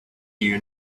you